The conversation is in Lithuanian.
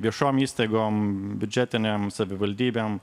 viešom įstaigom biudžetinėm savivaldybėm